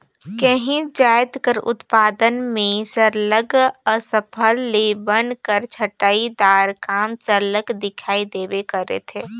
काहींच जाएत कर उत्पादन में सरलग अफसल ले बन कर छंटई दार काम सरलग दिखई देबे करथे